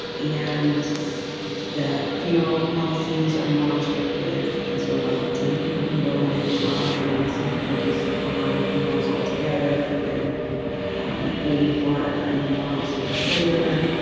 and the funeral policies are more restrictive, and so like ten people can go in at a time. and some people just are forgoing funerals altogether and waiting for a memorial service later.